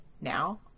now